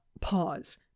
pause